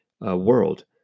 world